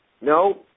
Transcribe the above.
No